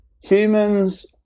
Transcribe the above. humans